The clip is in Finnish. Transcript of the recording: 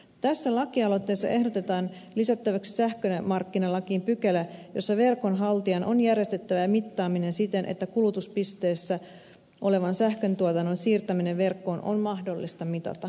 tässä lakialoitteessa ehdotetaan lisättäväksi sähkömarkkinalakiin pykälä jossa verkon haltijan on järjestettävä mittaaminen siten että kulutuspisteessä olevan sähköntuotannon siirtäminen verkkoon on mahdollista mitata